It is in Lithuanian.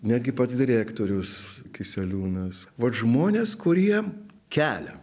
netgi pats direktorius kiseliūnas vat žmonės kurie kelia